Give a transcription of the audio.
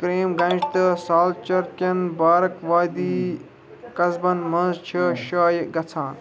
کریم گنٛج تہٕ سلچر کیٚن بارک وادی قصبن منٛز چھِ شایع گژھان